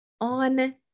on